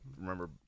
remember